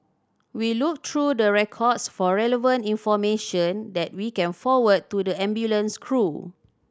we look through the records for relevant information that we can forward to the ambulance crew